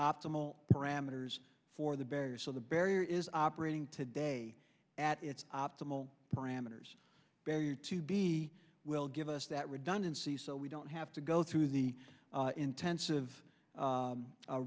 optimal parameters for the barriers so the barrier is operating today at its optimal parameters barrier to be will give us that redundancy so we don't have to go through the intensive